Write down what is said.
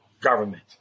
government